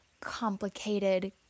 complicated